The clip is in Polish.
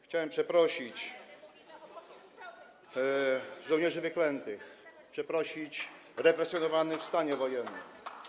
Chciałem przeprosić żołnierzy wyklętych, przeprosić represjonowanych w stanie wojennym.